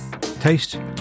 Taste